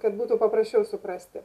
kad būtų paprasčiau suprasti